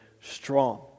strong